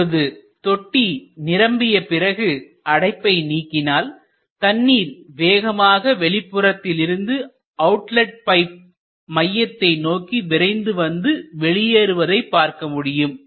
இப்பொழுது தொட்டி நிரம்பிய பிறகுஅடைப்பை நீக்கினால் தண்ணீர் வேகமாக வெளிப்புறத்திலிருந்து அவுட்லெட் பைப் மையத்தை நோக்கி விரைந்து வந்து வெளியேறுவதை பார்க்க முடியும்